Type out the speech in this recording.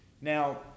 Now